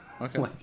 okay